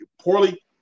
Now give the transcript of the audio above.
poorly